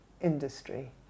industry